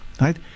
Right